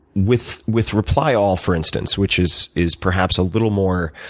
with with reply all, for instance, which is is perhaps a little more